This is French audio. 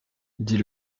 dit